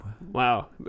Wow